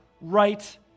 right